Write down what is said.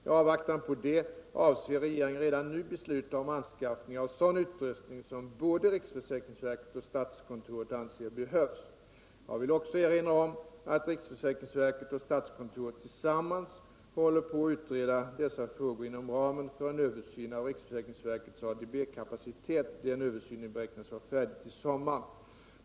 I avvaktan på detta avser regeringen redan nu besluta om anskaffning av sådan utrustning som både riksförsäkringsverket och statskontoret anser behövs. Jag vill också erinra om att riksförsäkringsverket och statskontoret tillsammans håller på att utreda dessa frågor inom ramen för en översyn av riksförsäkringsverkets ADB-kapacitet. Denna översyn beräknas vara färdig tift sommaren.